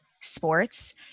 sports